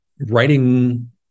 writing